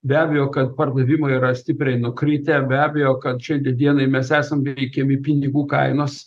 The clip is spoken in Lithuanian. be abejo kad pardavimai yra stipriai nukritę be abejo kad šiandien dienai mes esam veikiami pinigų kainos